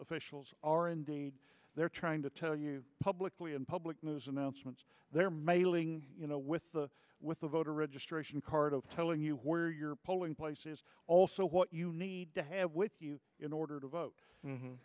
officials are in the they're trying to tell you publicly in public moves announcements they're mailing you know with the with the voter registration card of telling you where your polling place is also what you need to have with you in order to vote